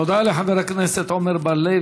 תודה לחבר הכנסת עמר בר-לב.